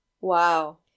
wow